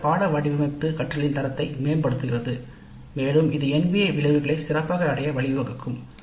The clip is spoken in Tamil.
முறையான பாடநெறி வடிவமைப்பு கற்றல் தரத்தை மேம்படுத்துகிறது மேலும் NBA விளைவுகளை சிறப்பாக அடைய வழிவகுக்கும்